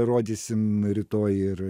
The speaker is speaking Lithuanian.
rodysim rytoj ir